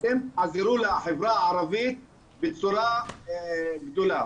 אתם תעזרו לחברה הערבית בצורה גדולה.